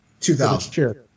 2000